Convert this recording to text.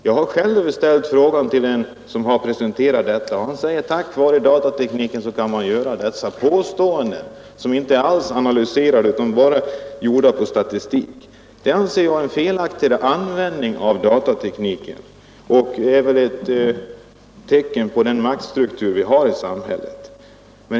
Jag har själv frågat den som har presenterat den här saken, och han säger att tack vare datatekniken kan man göra dessa påståenden — som inte alls är analyserade utan bara gjorda på statistik. Det anser jag är en felaktig användning av datatekniken; den är väl ett tecken på den maktstruktur vi har i samhället.